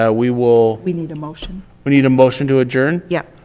ah we will we need a motion. we need a motion to adjourn. yep.